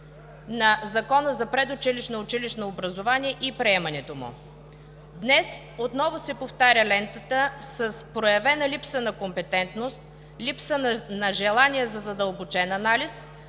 на Закона за предучилищното и училищното образование и приемането му. Днес отново се повтаря лентата с проявена липса на компетентност, липса на желание за задълбочен анализ,